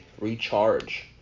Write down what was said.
recharge